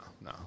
no